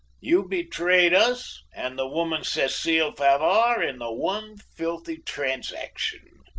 you betrayed us and the woman cecile favart in the one filthy transaction.